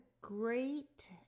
Great